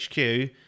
hq